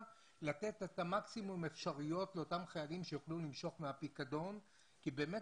- לתת את מקסימום האפשרויות לאותם חיילים שיוכלו למשוך מהפיקדון כי באמת